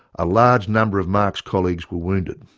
a large number of mark's colleagues were wounded.